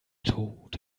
tod